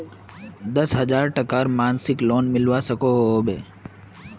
दस हजार टकार मासिक लोन मिलवा सकोहो होबे?